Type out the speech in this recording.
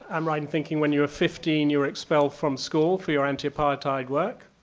i'm right in thinking when you were fifteen you were expelled from school for your antiapartheid work.